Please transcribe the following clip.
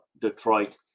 Detroit